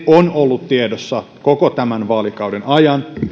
on ollut tiedossa koko tämän vaalikauden ajan